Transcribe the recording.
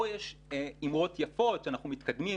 פה יש אמרות יפות שאנחנו מתקדמים,